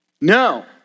No